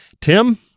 Tim